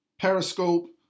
Periscope